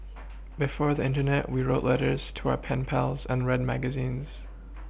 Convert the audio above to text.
before the Internet we wrote letters to our pen pals and read magazines